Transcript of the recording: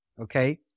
okay